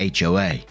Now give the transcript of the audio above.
HOA